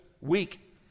week